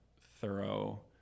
thorough